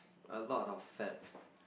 a lot of fats